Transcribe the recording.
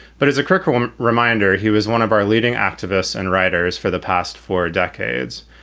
but as a curriculum reminder, he was one of our leading activists and writers for the past four decades.